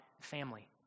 family